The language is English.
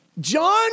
John